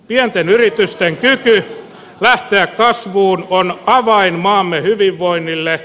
pienten yritysten kyky lähteä kasvuun on avain maamme hyvinvoinnille